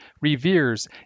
reveres